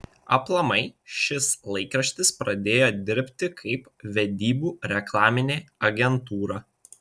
aplamai šis laikraštis pradėjo dirbti kaip vedybų reklaminė agentūra